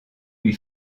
lui